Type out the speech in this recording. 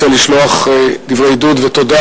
אני גם רוצה לשלוח דברי עידוד ותודה